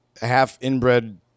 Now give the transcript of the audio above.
half-inbred